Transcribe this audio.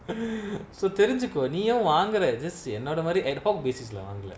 so தெரிஞ்சிக்கோ நீயு வாங்குர:therinjiko neeyu vaangura just என்னோட மாரி:ennoda maari edupop basis lah வாங்களா:vaangala